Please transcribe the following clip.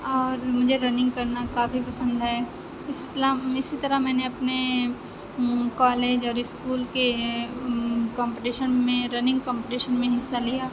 اور مجھے رننگ کرنا کافی پسند ہے اِسی طرح میں نے اپنے کالج اور اسکول کے کمپٹیشن میں رننگ کمپٹیشن میں حصّہ لیا